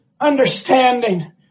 understanding